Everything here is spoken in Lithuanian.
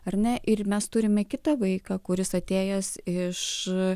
ar ne ir mes turime kitą vaiką kuris atėjęs iš